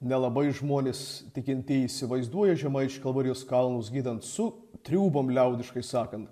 nelabai žmonės tikintieji įsivaizduoja žemaičių kalvarijos kalnus giedant su triūbom liaudiškai sakant